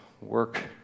work